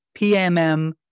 PMM